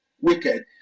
wicked